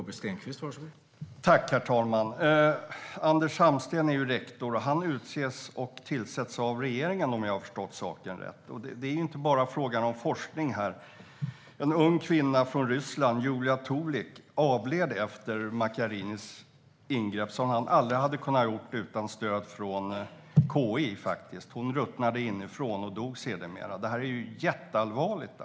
Herr talman! Anders Hamsten är rektor och utses och tillsätts av regeringen, om jag har förstått saken rätt. Det är inte bara fråga om forskning här. En ung kvinna från Ryssland, Julia Tuulik, avled efter Macchiarinis ingrepp, som han aldrig hade kunnat göra utan stöd från KI. Hon ruttnade inifrån och dog sedermera. Detta är jätteallvarligt.